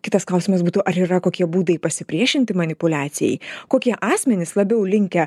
kitas klausimas būtų ar yra kokie būdai pasipriešinti manipuliacijai kokie asmenys labiau linkę